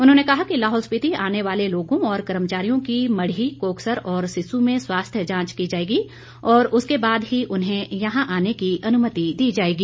उन्होंने कहा कि लाहौल स्पीति आने वाले लोगों और कर्मचारियों की मढ़ी कोकसर और सिस्सु में स्वास्थ्य जांच की जाएगी और उसके बाद ही उन्हें यहां आने की अनुमति दी जाएगी